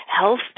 health